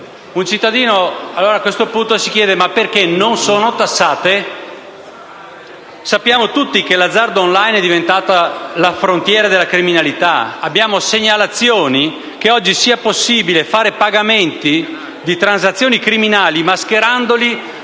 questo punto si chiede come mai non siano tassate. Sappiamo tutti che l'azzardo *on line* è diventato la frontiera della criminalità. Abbiamo segnalazioni del fatto che oggi sia possibile fare pagamenti e transazioni criminali mascherandoli